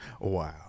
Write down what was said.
Wow